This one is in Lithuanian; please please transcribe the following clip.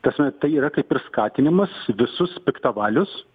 tasme tai yra kaip ir skatinimas visus piktavalius